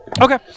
Okay